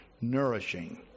nourishing